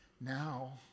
now